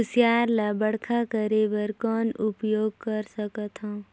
कुसियार ल बड़खा करे बर कौन उपाय कर सकथव?